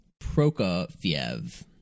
Prokofiev